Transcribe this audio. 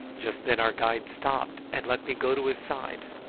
just then our guide stopped and let me go to his side.